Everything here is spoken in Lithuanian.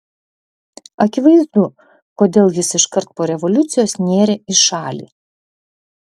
akivaizdu kodėl jis iškart po revoliucijos nėrė į šalį